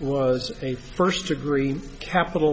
it was a first degree capital